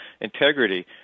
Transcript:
integrity